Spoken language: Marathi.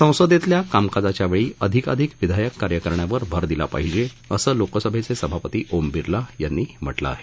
ससंदेतील कामकाजाच्या वेळी अधिकाधिक विधायक कार्य करण्यावर भर दिला पाहिजे असं लोकसभेचे सभापती ओम बिर्ला यांनी म्हटलं आहे